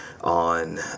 on